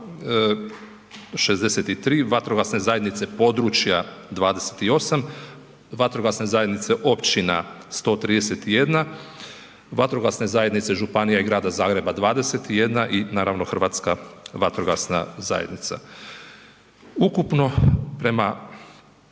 vatrogasne zajednice područja 28, vatrogasne zajednice 131, vatrogasne zajednice županija i Grada Zagreba 21 i naravno Hrvatska vatrogasna zajednica. Ukupno prema